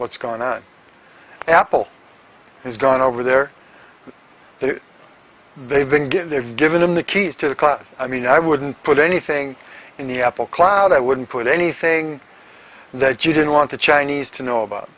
what's going on apple has gone over there they've been good they've given him the keys to the club i mean i wouldn't put anything in the apple cloud i wouldn't put anything that you didn't want the chinese to know about